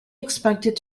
expected